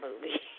movie